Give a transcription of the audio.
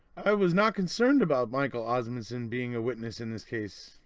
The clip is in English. i was not concerned about michael osmunson being a witness in this case,